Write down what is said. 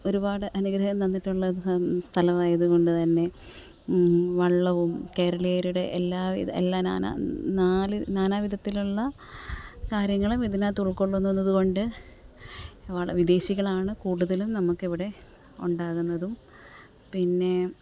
ഒരുപാട് അനുഗ്രഹം തന്നിട്ടുള്ള സ്ഥലമായത് കൊണ്ട് തന്നെ വള്ളവും കേരളീയരുടെ എല്ലാവിധ എല്ലാ നാനാ നാല് നാനാവിധത്തിലുള്ള കാര്യങ്ങളും ഇതിനകത്ത് ഉൾകൊള്ളുന്നത് കൊണ്ട് വള വിദേശികളാണ് കൂടുതലും നമുക്കിവിടെ ഉണ്ടാകുന്നതും പിന്നെ